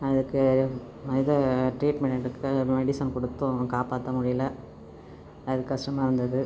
அதுக்கு இது ட்ரீட்மெண்ட் எடுக்க மெடிசன் கொடுத்தும் காப்பாற்ற முடியலை அது கஷ்டமாக இருந்தது